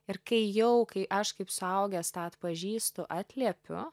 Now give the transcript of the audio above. ir kai jau kai aš kaip suaugęs tą atpažįstu atliepiu